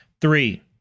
Three